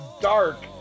dark